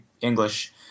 English